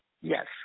yes